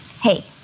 hey